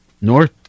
North